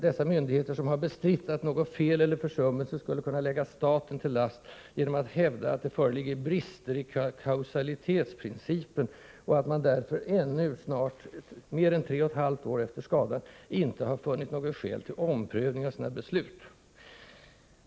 Dessa myndigheter har bestritt att fel eller försummelse skulle kunna läggas staten till last genom att hävda att det föreligger ”brister i kausalitetsprincipen” och att man därför ännu mer än tre och ett halvt år efter skadan inte har funnit något skäl till omprövning av sina beslut.